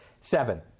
seven